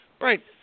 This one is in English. Right